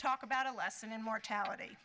talk about a lesson and mortality